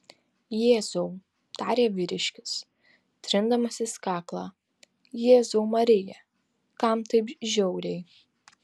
jėzau tarė vyriškis trindamasis kaklą jėzau marija kam taip žiauriai